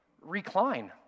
recline